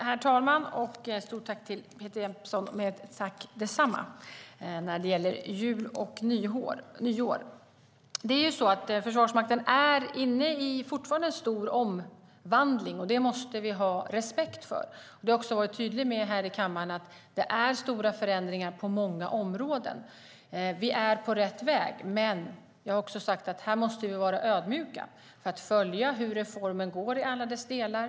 Herr talman! Stort tack detsamma till Peter Jeppsson när det gäller jul och nyår! Försvarsmakten är fortfarande inne i en stor omvandling. Det måste vi ha respekt för. Jag har också varit tydlig med här i kammaren att det är stora förändringar på många områden. Vi är på rätt väg. Men vi måste vara ödmjuka och följa hur reformen går i alla dess delar.